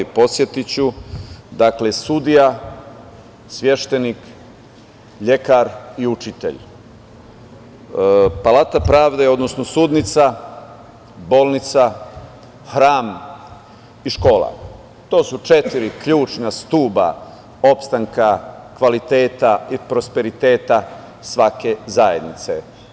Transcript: Podsetiću, dakle, sudija, sveštenik, lekar i učitelj, palata pravde, odnosno sudnica, bolnica, hram i škola, to su četiri ključna stuba opstanka kvaliteta i prosperiteta svake zajednice.